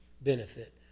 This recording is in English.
benefit